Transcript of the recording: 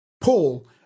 Paul